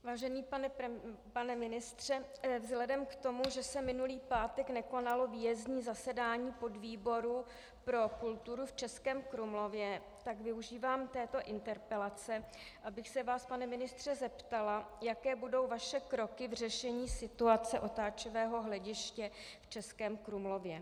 Vážený pane ministře, vzhledem k tomu, že se minulý pátek nekonalo výjezdní zasedání podvýboru pro kulturu v Českém Krumlově, tak využívám této interpelace, abych se vás, pane ministře, zeptala, jaké budou vaše kroky v řešení situace otáčivého hlediště v Českém Krumlově.